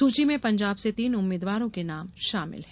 सूची में पंजाब से तीन उम्मीद्वारों के नाम शामिल हैं